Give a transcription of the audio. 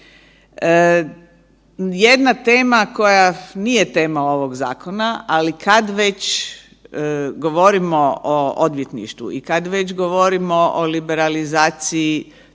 Jedna tema koja nije tema ovog zakona, ali kad već govorimo o odvjetništvu i kad već govorimo o liberalizaciji